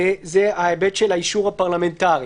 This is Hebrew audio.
הוא ההיבט של האישור הפרלמנטרי